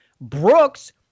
Brooks